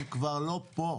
כאלה שכבר לא פה,